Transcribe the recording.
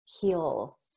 heal